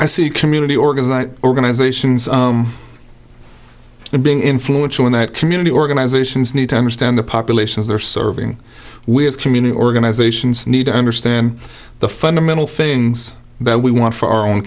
i see community organizing organizations being influential in that community organizations need to understand the populations they're serving we as community organizations need to understand the fundamental things that we want for our own